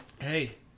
Hey